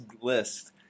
list